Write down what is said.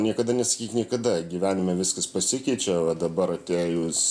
niekada nesakyk niekada gyvenime viskas pasikeičia va dabar atėjus